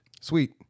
Sweet